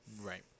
right